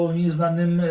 nieznanym